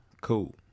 Cool